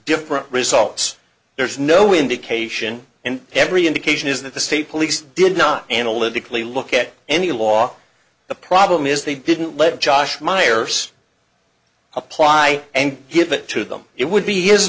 different results there's no indication and every indication is that the state police did not analytically look at any law the problem is they didn't let josh myers apply and give it to them it would be his